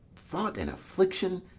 thought and affliction,